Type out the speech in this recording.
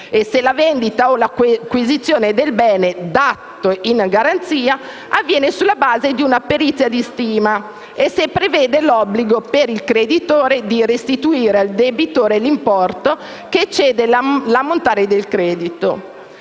se la vendita o l'acquisizione del bene dato in garanzia avviene sulla base di una perizia di stima, e se prevede l'obbligo per il creditore di restituire al debitore l'importo che eccede l'ammontare del credito.